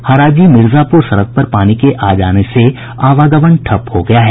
हराजी मिर्जापुर सड़क पर पानी के आ जाने से आवागमन ठप हो गया है